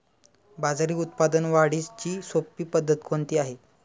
बाजरी उत्पादन वाढीची सोपी पद्धत कोणती आहे?